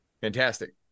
Fantastic